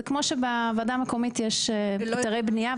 זה כמו שבוועדה המקומית יש היתרי בנייה,